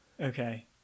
Okay